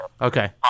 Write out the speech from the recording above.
okay